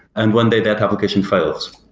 and one day that application fails,